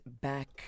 back